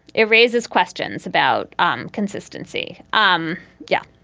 it raises questions about um consistency. um yeah